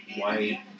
White